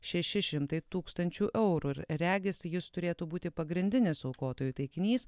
šeši šimtai tūkstančių eurų ir regis jis turėtų būti pagrindinis aukotojų taikinys